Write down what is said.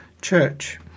church